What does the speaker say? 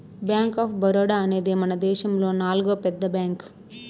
bank of Baroda అనేది మనదేశములో నాల్గో పెద్ద బ్యాంక్